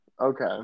Okay